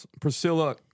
Priscilla